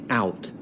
out